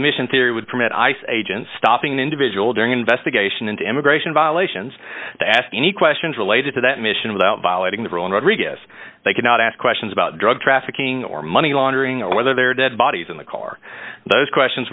missions here would permit ice agents stopping individual during investigation into immigration violations to ask any questions related to that mission without violating the rules rodrigues they cannot ask questions about drug trafficking or money laundering or whether they're dead bodies in the car those questions